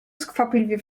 skwapliwie